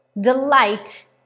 delight